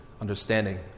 understanding